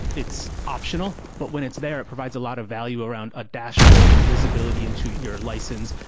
it's optional. but when it's there, it provides a lot of value around a dashboard and visibility into your license.